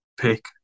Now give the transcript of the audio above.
pick